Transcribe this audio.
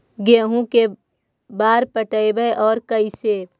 गेहूं के बार पटैबए और कैसे?